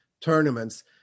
tournaments